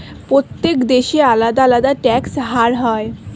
প্রত্যেক দেশে আলাদা আলাদা ট্যাক্স হার হয়